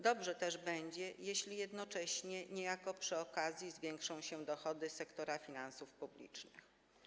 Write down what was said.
Dobrze też będzie, jeśli jednocześnie niejako przy okazji zwiększą się dochody sektora finansów publicznych.